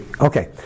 Okay